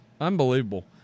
Unbelievable